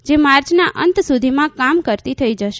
જે માર્યના અંત સુધીમાં કામ કરતી થઈ જશે